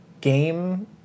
game